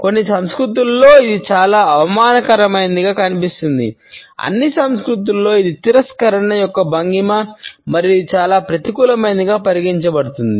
కొన్ని సంస్కృతులలో ఇది చాలా అవమానకరమైనదిగా కనిపిస్తుంది అన్ని సంస్కృతులలో ఇది తిరస్కరణ యొక్క భంగిమ మరియు ఇది చాలా ప్రతికూలమైనదిగా పరిగణించబడుతుంది